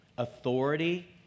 Authority